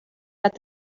got